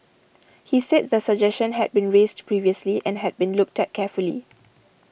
he said the suggestion had been raised previously and had been looked at carefully